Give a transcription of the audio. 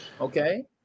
okay